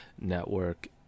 network